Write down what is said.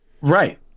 right